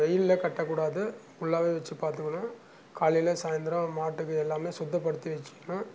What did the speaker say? வெயிலில் கட்டக் கூடாது உள்ளாவே வச்சு பாட்த்துக்குணும் காலையில் சாயந்தரம் மாட்டுக்கு எல்லாமே சுத்தப்படுத்தி வெச்சிக்கணும்